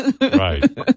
Right